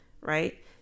right